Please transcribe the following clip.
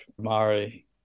Mari